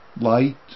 Light